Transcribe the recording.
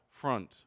front